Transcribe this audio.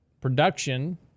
production